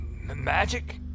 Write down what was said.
Magic